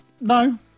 No